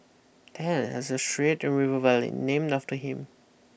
Tan has a street in River Valley named after him